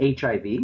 HIV